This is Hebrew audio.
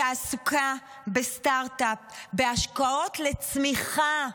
בתעסוקה, בסטרטאפ, בהשקעות לצמיחה,